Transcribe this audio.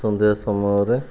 ସନ୍ଧ୍ୟା ସମୟରେ